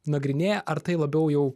nagrinėja ar tai labiau jau